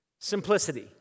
simplicity